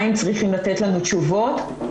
כפי שאמרתי,